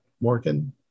Morgan